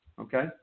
okay